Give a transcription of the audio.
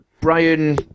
Brian